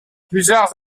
plusieurs